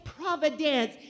Providence